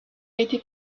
été